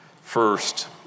first